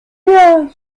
bayas